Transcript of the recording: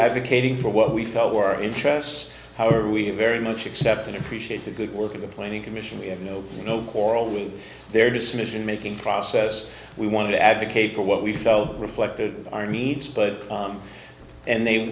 advocating for what we felt were our interests how are we very much accept and appreciate the good work of the planning commission we have no quarrel with their decision making process we want to advocate for what we felt reflected our needs but and they